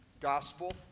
gospel